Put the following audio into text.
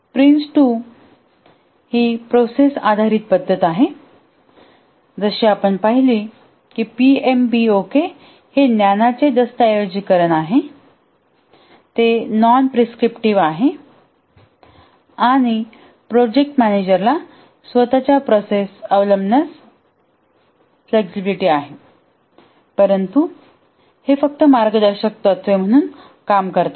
prince 2 ही process आधारित पद्धत आहे जशी आपण पाहिली आहे पीएमबीओके हे ज्ञानाचे दस्तऐवजीकरण आहे ते नॉन प्रिस्क्रिप्टिव आहे आणि प्रोजेक्ट मॅनेजरला स्वत च्या प्रोसेसअवलंबण्यास लवचिकता आहे परंतु हे फक्त मार्गदर्शक तत्त्वे म्हणून काम करतात